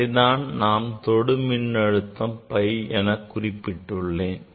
இதைத்தான் நான் தொடு மின்னழுத்தம் phi குறிப்பிட்டுள்ளேன்